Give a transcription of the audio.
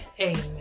Amen